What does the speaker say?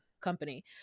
company